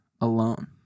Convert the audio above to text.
alone